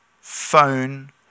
phone